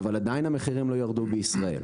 אבל עדיין לא בישראל.